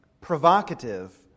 provocative